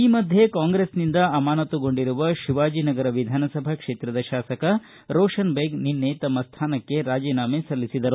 ಈ ಮಧ್ಯೆ ಕಾಂಗ್ರೆಸ್ನಿಂದ ಅಮಾನತುಗೊಂಡಿರುವ ಶಿವಾಜಿನಗರ ವಿಧಾನಸಭಾ ಕ್ಷೇತ್ರದ ಶಾಸಕ ರೋಪನ್ ಬೇಗ್ ನಿನ್ನೆ ತಮ್ಮ ಸ್ಥಾನಕ್ಕೆ ರಾಜಿನಾಮೆ ಸಲ್ಲಿಸಿದ್ದಾರೆ